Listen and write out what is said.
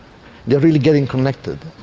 they are really getting connected.